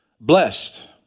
Blessed